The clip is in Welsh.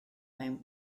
mewn